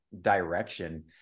direction